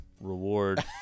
reward